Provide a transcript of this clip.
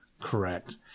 Correct